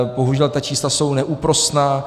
Bohužel ta čísla jsou neúprosná.